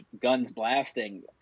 guns-blasting